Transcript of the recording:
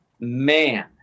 Man